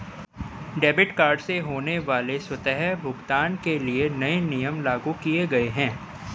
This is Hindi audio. डेबिट कार्ड से होने वाले स्वतः भुगतान के लिए नए नियम लागू किये गए है